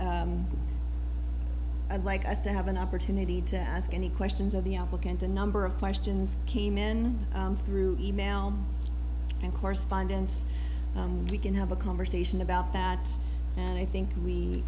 i'd like us to have an opportunity to ask any questions of the applicant a number of questions came in through e mail and correspondence we can have a conversation about that and i think we